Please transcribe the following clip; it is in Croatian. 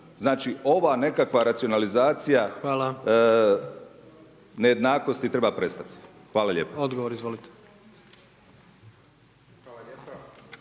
Znači ova nekakva racionalizacija nejednakosti treba prestati. Hvala lijepo.